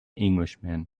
englishman